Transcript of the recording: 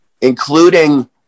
including